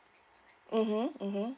mmhmm mmhmm